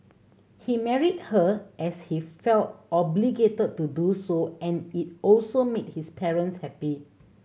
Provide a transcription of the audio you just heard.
he married her as he felt obligated to do so and it also made his parents happy